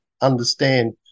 understand